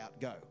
go